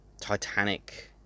Titanic